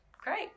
Great